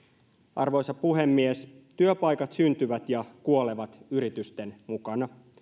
arvoisa puhemies työpaikat syntyvät ja kuolevat yritysten mukana